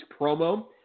promo